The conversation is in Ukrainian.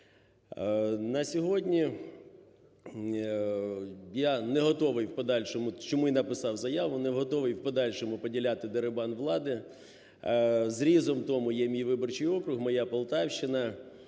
написав заяву, не готовий в подальшому поділяти дерибан влади. Зрізом тому є мій виборчий округ, моя Полтавщина.